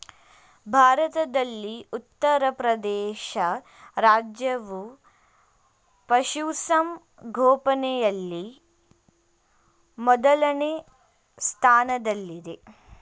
ಭಾರತದಲ್ಲಿ ಉತ್ತರಪ್ರದೇಶ ರಾಜ್ಯವು ಪಶುಸಂಗೋಪನೆಯಲ್ಲಿ ಮೊದಲನೇ ಸ್ಥಾನದಲ್ಲಿದೆ